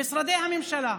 למשרדי הממשלה.